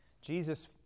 Jesus